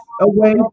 away